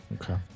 Okay